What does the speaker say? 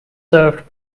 served